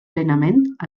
plenament